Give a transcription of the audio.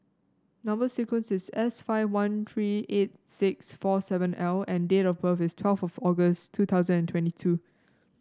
number sequence is S five one three eight six four seven L and date of birth is twelve of August two thousand and twenty two